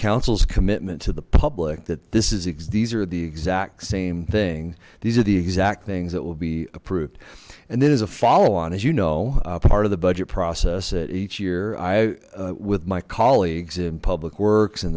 councils commitment to the public that this is these are the exact same things these are the exact things that will be approved and then as a follow on as you know a part of the budget process at each year i with my colleagues in public works